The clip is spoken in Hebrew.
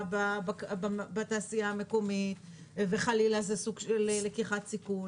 בתעשייה המקומית וחלילה זה סוג של לקיחת סיכון,